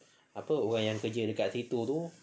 apa orang yang kerja dekat situ tu